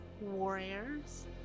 warriors